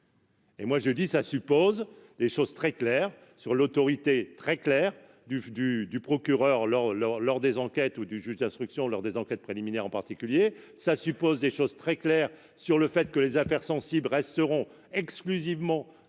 Et moi je dis ça suppose des choses très claires sur l'autorité très clair du du du procureur lors lors lors des enquêtes ou du juge d'instruction lors des enquêtes préliminaires, en particulier, ça suppose des choses très clair sur le fait que les affaires sensibles resteront exclusivement du